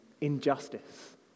injustice